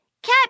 Cat